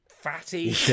Fatty